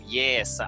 yes